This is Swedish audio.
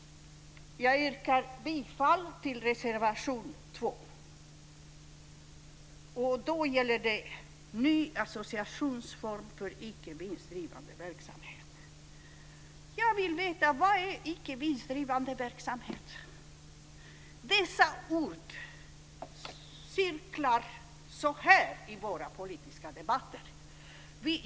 Jag yrkar bifall till reservation 2. Det gäller ny associationsform för icke vinstdrivande verksamhet. Jag vill veta vad icke vinstdrivande verksamhet är. Dessa ord cirklar runt i våra politiska debatter.